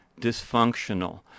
dysfunctional